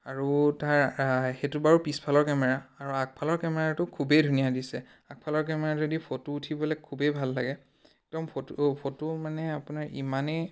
আৰু তাৰ সেইটো বাৰু পিছফালৰ কেমেৰা আৰু আগফালৰ কেমেৰাটো খুবেই ধুনীয়া দিছে আগফালৰ কেমেৰাটো দি ফটো উঠিবলৈ খুবেই ভাল লাগে একদম ফটো ফটো মানে আপোনাৰ ইমানেই